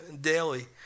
daily